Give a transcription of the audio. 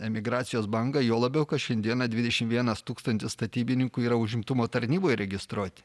emigracijos bangą juo labiau kad šiandieną dvidešimt vienas tūkstantis statybininkų yra užimtumo tarnyboje registruoti